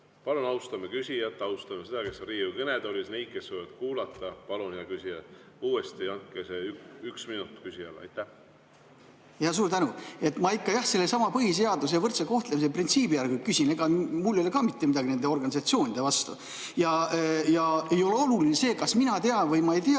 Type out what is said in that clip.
Palun austame küsijat, austame seda, kes on Riigikogu kõnetoolis, ja neid, kes soovivad kuulata. Palun, hea küsija! Andke uuesti see üks minut küsijale. Aitäh! Suur tänu! Ma ikka jah sellesama põhiseaduse ja võrdse kohtlemise printsiibi kohta küsin. Ega mul ei ole ka mitte midagi nende organisatsioonide vastu. Ei ole oluline see, kas mina tean või ma ei tea